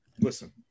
Listen